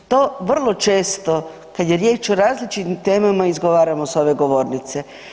To vrlo često kad je riječ o različitim temama izgovaramo s ove govornice.